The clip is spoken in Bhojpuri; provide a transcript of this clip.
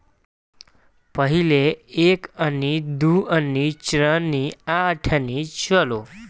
पहिले एक अन्नी, दू अन्नी, चरनी आ अठनी चलो